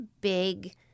big